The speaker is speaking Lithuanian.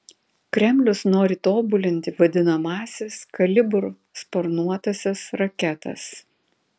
kremlius nori tobulinti vadinamąsias kalibr sparnuotąsias raketas